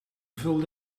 veel